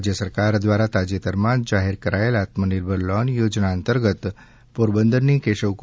રાજ્ય સરકાર દ્વારા તાજેતરમાં જાહેર કરાયેલ આત્મનિર્ભર લોન યોજના અંતર્ગત પોરબંદરની કેશવ કો